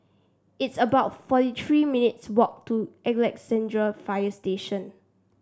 it's about forty three minutes' walk to Alexandra Fire Station